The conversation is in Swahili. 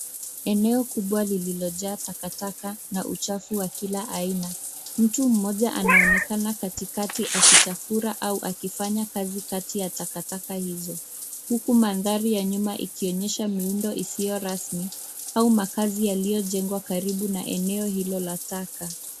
Eneo kubwa lililojaa takataka na uchafu wa kila aina. Mtu mmoja anaonekana katikati akichakura au akifanya kazi kati ya takataka hizo, huku mandhari ya nyuma ikionyesha miundo isiyo rasmi au makazi yaliyojengwa katika eneo hilo la taka.